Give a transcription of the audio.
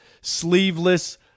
sleeveless